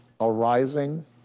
arising